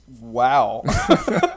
Wow